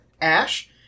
Ash